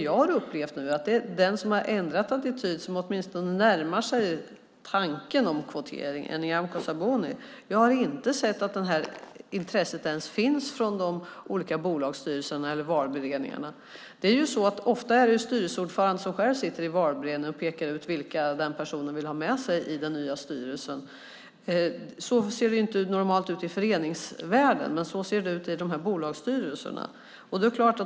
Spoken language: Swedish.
Jag upplever att den som har ändrat attityd och närmar sig tanken om kvotering är Nyamko Sabuni. Jag har inte sett något intresse från de olika bolagsstyrelserna eller valberedningarna. Ofta sitter styrelseordföranden själv i valberedningen och pekar ut vilka han vill ha med sig i den nya styrelsen. Så ser det normalt inte ut i föreningsvärlden, men så ser det ut i bolagsstyrelserna.